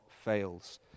fails